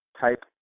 type